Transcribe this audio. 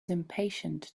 impatient